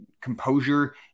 composure